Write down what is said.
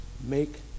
make